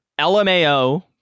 LMAO